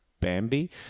Bambi